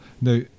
Now